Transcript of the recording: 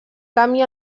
canvi